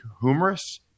humerus